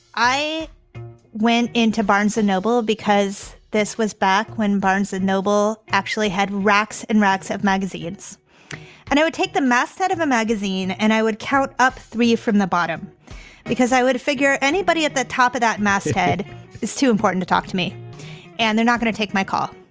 i went into barnes and noble because this was back when barnes and noble actually had racks and racks of magazines and i would take the method of a magazine and i would count up three from the bottom because i would figure anybody at the top of that masthead is too important to talk to me and they're not going to take my call.